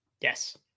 Yes